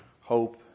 hope